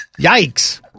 Yikes